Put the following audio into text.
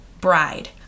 bride